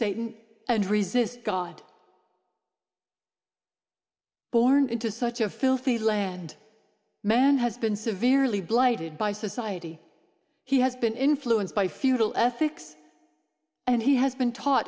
satan and resist god born into such a filthy land man has been severely blighted by society he has been influenced by feudal ethics and he has been taught